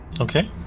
Okay